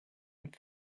and